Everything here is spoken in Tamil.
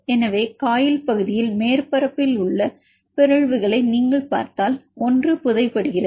எனவே காயில் பகுதியில் மேற்பரப்பில் உள்ள பிறழ்வுகளை நீங்கள் பார்த்தால் ஒன்று புதை படுகிறது